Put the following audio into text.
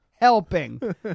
helping